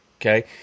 Okay